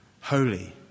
holy